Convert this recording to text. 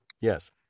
Yes